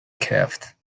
kept